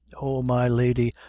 oh! my lady,